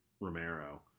Romero